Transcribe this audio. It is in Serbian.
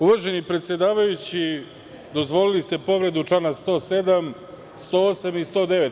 Uvaženi predsedavajući, dozvolili ste povredu člana 107, 108. i 109.